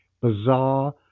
bizarre